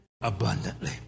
abundantly